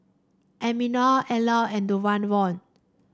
Ermina Elana and Donavon